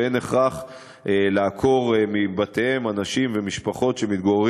ואין הכרח לעקור מבתיהם אנשים ומשפחות שמתגוררים